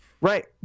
Right